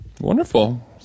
wonderful